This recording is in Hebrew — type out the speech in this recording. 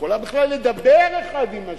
שיכולים בה בכלל לדבר האחד עם השני,